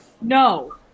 No